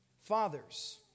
fathers